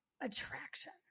attraction